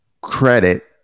credit